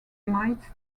might